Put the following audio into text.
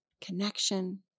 connection